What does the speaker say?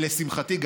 ולשמחתי,